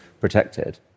protected